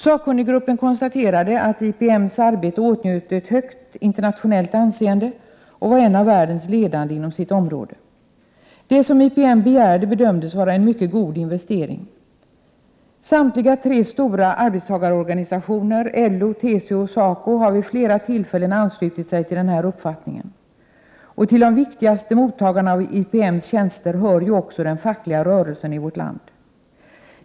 Sakkunniggruppen konstaterade att IPM:s arbete åtnjöt ett stort interna tionellt anseende och var en av världens ledande inom sitt område. Det som IPM begärde bedömdes vara en mycket god investering. Samtliga tre stora arbetstagarorganisationer — LO, TCO och SACO —- har vid flera tillfällen anslutit sig till den här uppfattningen. Till de viktigaste mottagarna av IPM:s tjänster hör också den fackliga rörelsen i vårt land.